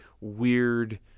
weird